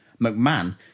McMahon